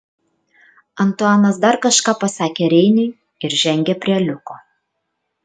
antuanas dar kažką pasakė reiniui ir žengė prie liuko